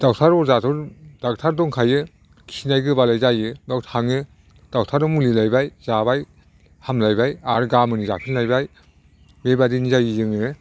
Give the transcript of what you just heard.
doctor अजाथ' doctor दंखायो खिनाय गोबालाय जायो बेयाव थाङो दक्टरनाव मुलि लायबाय जाबाय हामलायबाय आरो गाबोननो जाफिनलायबाय बेबायदिनो जायो जोङो